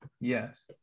Yes